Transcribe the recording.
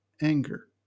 anger